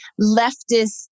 leftist